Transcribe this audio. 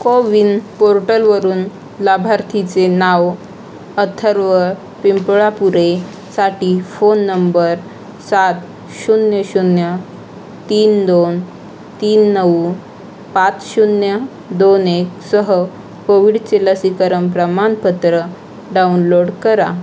कोविन पोर्टलवरून लाभार्थीचे नाव अथर्व पिंपळापुरे साठी फोन नंबर सात शून्य शून्य तीन दोन तीन नऊ पाच शून्य दोन एकसह कोविडचे लसीकरण प्रमाणपत्र डाउनलोड करा